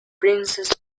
princess